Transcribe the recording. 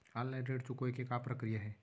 Online ऋण चुकोय के का प्रक्रिया हे?